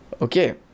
Okay